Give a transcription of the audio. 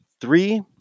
Three